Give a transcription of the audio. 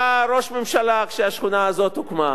היה ראש ממשלה כשהשכונה הזאת הוקמה,